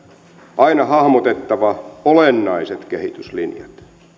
aina hahmotettava olennaiset kehityslinjat